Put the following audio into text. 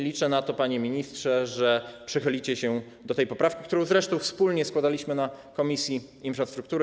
Liczę na to, panie ministrze, że przychylicie się do tej poprawki, którą zresztą wspólnie składaliśmy w Komisji Infrastruktury.